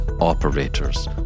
operators